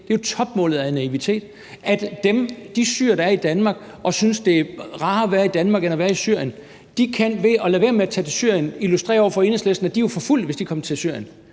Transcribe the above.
Det er jo topmålet af naivitet, at de syrere, der er i Danmark og synes det er rarere at være i Danmark end at være i Syrien, ved at lade være med at tage de Syrien kan illustrere over for Enhedslisten, at de jo vil blive forfulgt, hvis de kom til Syrien,